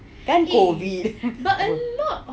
kan COVID